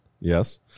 Yes